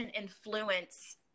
influence